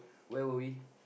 where were we